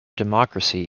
democracy